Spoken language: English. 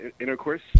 intercourse